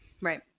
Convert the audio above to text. Right